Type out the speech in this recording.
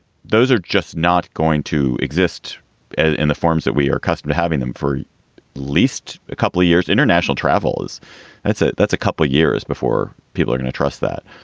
those are just not going to exist in the forms that we are accustomed to having them for at least a couple of years. international travelers. that's it. that's a couple of years before people are going to trust that.